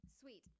Sweet